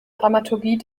dramaturgie